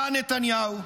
אתה, נתניהו,